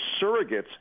surrogates